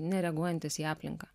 nereaguojantis į aplinką